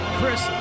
Chris